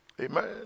Amen